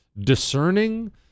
discerning